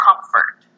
comfort